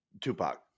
tupac